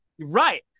right